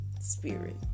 spirit